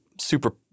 super